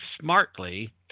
smartly